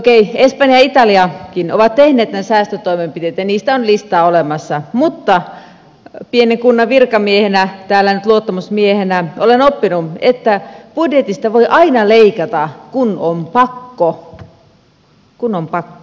okei espanja ja italiakin ovat tehneet säästötoimenpiteitä ja niistä on listaa olemassa mutta pienen kunnan virkamiehenä täällä nyt luottamusmiehenä olen oppinut että budjetista voi aina leikata kun on pakko kun on pakko